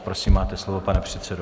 Prosím, máte slovo, pane předsedo.